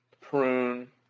Prune